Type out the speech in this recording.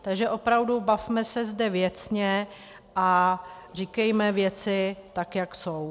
Takže opravdu bavme se zde věcně a říkejme věci tak, jak jsou.